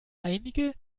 einige